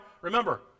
remember